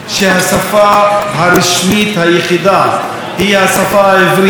על כך שהשפה הרשמית היחידה היא השפה העברית,